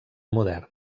modern